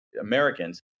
Americans